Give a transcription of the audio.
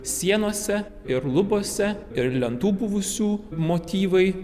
sienose ir lubose ir lentų buvusių motyvai